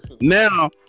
Now